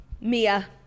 Mia